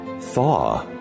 Thaw